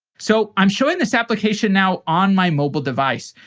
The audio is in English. so i'm showing this application now on my mobile device.